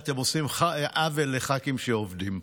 אתם עושים עוול לח"כים שעובדים פה.